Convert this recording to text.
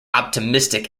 optimistic